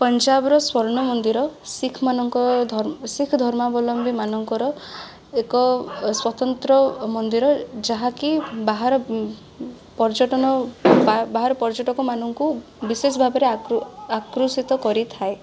ପଞ୍ଜାବର ସ୍ୱର୍ଣ୍ଣମନ୍ଦିର ଶିଖମାନଙ୍କ ଧର୍ମ ଶିଖ ଧର୍ମଲମ୍ବି ମାନଙ୍କର ଏକ ସ୍ୱତନ୍ତ୍ର ମନ୍ଦିର ଯାହାକି ବାହାର ପର୍ଯ୍ୟଟନ ବାହାର ପର୍ଯ୍ୟଟକ ମାନଙ୍କୁ ବିଶେଷ ଭାବରେ ଆକୃଷିତ କରିଥାଏ